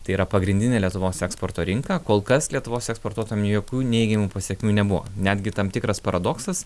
tai yra pagrindinė lietuvos eksporto rinka kol kas lietuvos eksportuotojam jokių neigiamų pasekmių nebuvo netgi tam tikras paradoksas